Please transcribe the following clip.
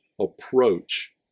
approach